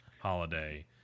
holiday